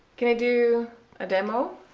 can i do a demo?